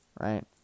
right